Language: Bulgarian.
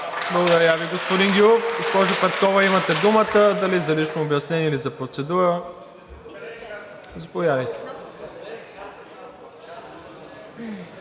Благодаря ви, господин Гюров. Госпожо Петкова, имате думата, дали за лично обяснение или за процедура. Заповядайте.